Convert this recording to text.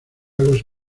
los